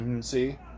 See